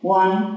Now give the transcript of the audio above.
one